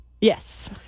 Yes